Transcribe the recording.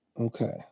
Okay